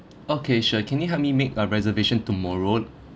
okay sure can you help me make a reservation tomorrow